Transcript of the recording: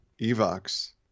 Evox